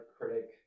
critic